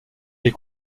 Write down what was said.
les